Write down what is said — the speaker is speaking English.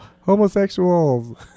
homosexuals